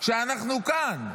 כשאנחנו כאן,